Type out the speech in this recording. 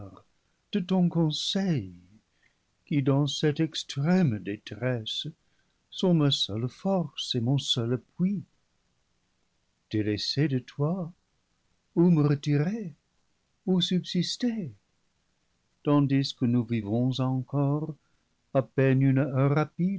de ton conseil qui dans cette extrême détresse sont ma seule force et mon seul appui délaissée de toi où me retirer où sub sister tandis que nous vivons encore à